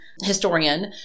historian